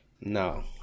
No